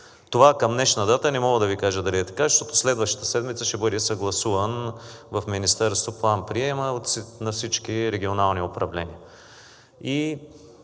Това към днешна дата не мога да Ви кажа дали е така, защото следващата седмица ще бъде съгласуван в Министерството план-приемът на всички регионални управления.